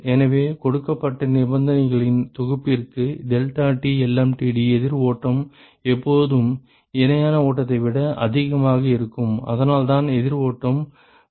எனவே கொடுக்கப்பட்ட நிபந்தனைகளின் தொகுப்பிற்கு deltaTlmtd எதிர் ஓட்டம் எப்போதும் இணையான ஓட்டத்தை விட அதிகமாக இருக்கும் அதனால்தான் எதிர் ஓட்டம் விரும்பப்படுகிறது